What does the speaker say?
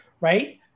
right